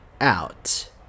out